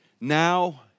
Now